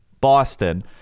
Boston